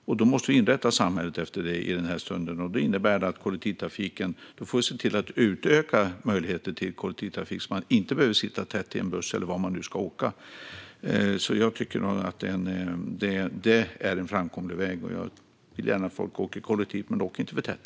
Då måste vi inrätta samhället efter detta i den här stunden, och det innebär att vi får se till att utöka möjligheterna till kollektivtrafik så att man inte behöver sitta tätt i en buss eller i något annat färdmedel. Det är en framkomlig väg. Jag vill gärna att folk åker kollektivt, men inte för tätt.